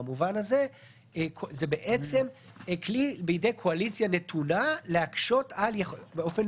במובן הזה זה בעצם כלי בידי קואליציה נתונה להקשות באופן